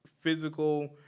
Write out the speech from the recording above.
physical